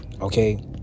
Okay